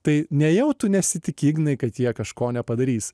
tai nejau tu nesitiki ignai kad jie kažko nepadarys